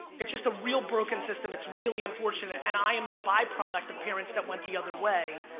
it's just a real broken system, it's really unfortunate. and i am the byproduct of parents that went the other way,